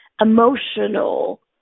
emotional